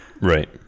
right